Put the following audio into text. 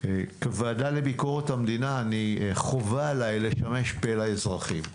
כוועדה לביקורת המדינה חובה עליי לשמש פה לאזרחים.